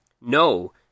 No